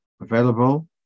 available